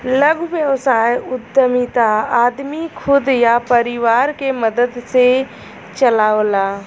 लघु व्यवसाय उद्यमिता आदमी खुद या परिवार के मदद से चलावला